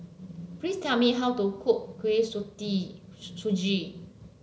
please tell me how to cook Kuih Suji